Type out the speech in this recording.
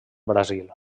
brasil